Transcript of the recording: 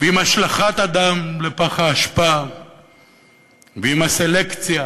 ועם השלכת הדם לפח האשפה ועם הסלקציה